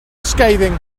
scathing